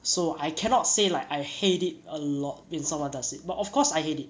so I cannot say like I hate it a lot when someone does it but of course I hate it